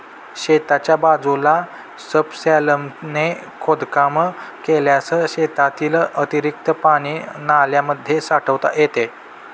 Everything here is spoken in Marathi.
शेताच्या बाजूला सबसॉयलरने खोदकाम केल्यास शेतातील अतिरिक्त पाणी नाल्यांमध्ये साठवता येते